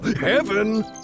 Heaven